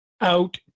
out